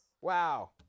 Wow